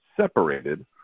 separated